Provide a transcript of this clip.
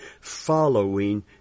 following